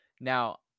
Now